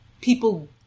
people